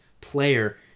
player